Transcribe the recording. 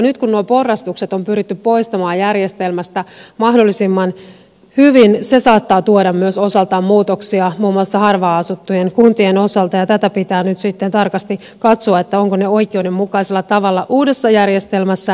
nyt kun nuo porrastukset on pyritty poistamaan järjestelmästä mahdollisimman hyvin se saattaa tuoda myös osaltaan muutoksia muun muassa harvaan asuttujen kuntien osalta ja tätä pitää nyt sitten tarkasti katsoa onko ne rakennettu uudessa järjestelmässä oikeudenmukaisella tavalla